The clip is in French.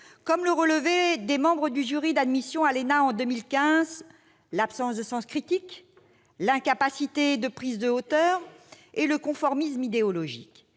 comme le relevaient les membres du jury d'admission à l'ENA en 2015 :« absence de sens critique »,« incapacité de prise de hauteur » et « conformisme idéologique